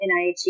NIH